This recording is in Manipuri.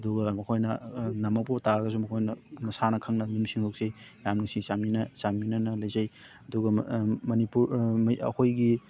ꯑꯗꯨꯒ ꯃꯈꯣꯏꯅ ꯅꯃꯛꯄ ꯇꯥꯔꯒꯁꯨ ꯃꯈꯣꯏꯅ ꯃꯁꯥꯅ ꯈꯪꯅ ꯃꯤꯅꯨꯡꯁꯤ ꯅꯨꯡꯁꯤ ꯌꯥꯝ ꯅꯨꯡꯁꯤ ꯆꯥꯃꯤꯟꯅ ꯆꯥꯃꯤꯟꯅꯅ ꯂꯩꯖꯩ ꯑꯗꯨꯒ ꯃꯅꯤꯄꯨꯔ ꯑꯩꯈꯣꯏꯒꯤ